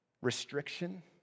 restriction